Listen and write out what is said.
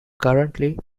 currently